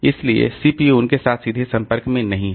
इसलिए सीपीयू उनके साथ सीधे संपर्क में नहीं है